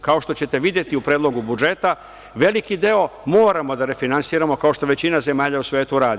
Kao što ćete videti u Predlogu budžeta, veliki deo moramo da refinansiramo, kao što većina zemalja u svetu radi.